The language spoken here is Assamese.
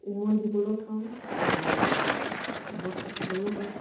উমনি দিবলৈও থওঁ আৰু ঘৰত খাবলৈ হয়